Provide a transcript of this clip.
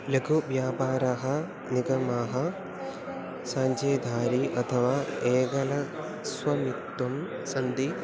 लघुव्यापारः निगमाः सञ्चारी अथवा एकेन स्वामित्त्वं सन्ति